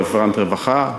רפרנט רווחה,